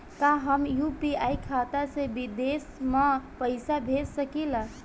का हम यू.पी.आई खाता से विदेश म पईसा भेज सकिला?